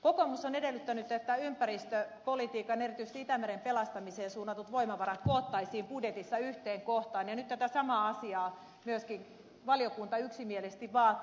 kokoomus on edellyttänyt että ympäristöpolitiikkaan erityisesti itämeren pelastamiseen suunnatut voimavarat koottaisiin budjetissa yhteen kohtaan ja nyt tätä samaa asiaa myöskin valiokunta yksimielisesti vaatii